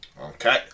Okay